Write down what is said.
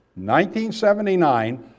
1979